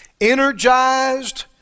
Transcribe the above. energized